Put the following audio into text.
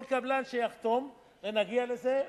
כל קבלן שיחתום, ונגיע לזה,